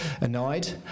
annoyed